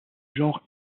genre